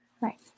Right